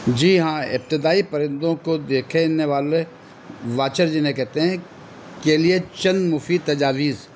جی ہاں ابتدائی پرندوں کو دیکھنے والے واچر جنھیں کہتے ہیں کے لیے چند مفید تجاویز